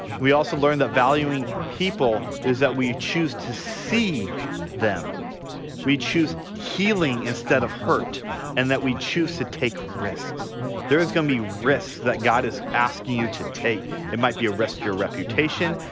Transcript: we also learned that valuing people is that we choose to see them we choose healing instead of hurt and that we choose to take risks there's going to be risks that god is asking you to take it might be risk your reputation,